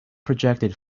projected